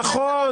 נכון.